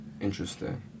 interesting